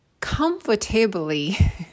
comfortably